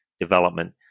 development